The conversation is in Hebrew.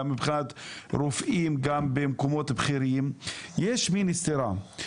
מבחינת רופאים במקומות בכירים יש כאן סתירה.